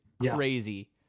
crazy